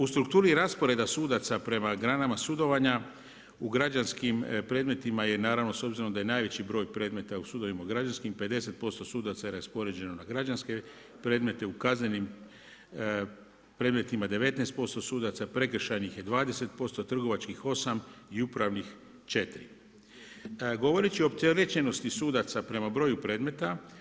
U strukturi rasporedi sudaca prema granama sudovanja, u građanskim predmetima, naravno je naravno, s obzirom da je najveći broj predmeta u sudovima u građanskim, 50% sudaca je raspoređeno na građanske predmete, u kaznenim predmetima 19% sudaca prekršajnih je 20%, trgovačkih 8 i upravih 4. Govoriti ću o opterećenosti sudaca prema broju predmeta.